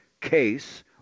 case